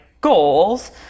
goals